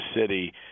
city